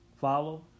follow